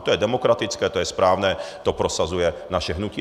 To je demokratické, to je správné, to prosazuje naše hnutí.